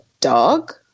dog